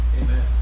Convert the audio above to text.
Amen